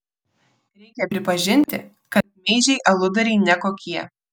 reikia pripažinti kad meižiai aludariai ne kokie